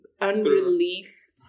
unreleased